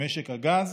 משק הגז,